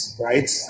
right